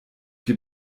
wir